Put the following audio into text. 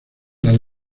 las